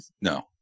no